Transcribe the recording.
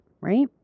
Right